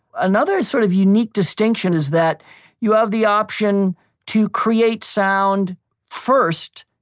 another sort of unique distinction is that you have the option to create sound first,